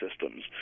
systems